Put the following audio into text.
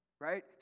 right